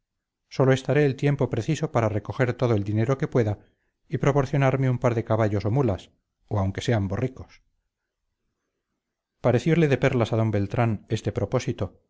sólo estaré el tiempo preciso para recoger todo el dinero que pueda y proporcionarme un par de caballos o mulas o aunque sean borricos pareciole de perlas a don beltrán este propósito